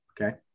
Okay